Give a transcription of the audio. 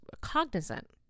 cognizant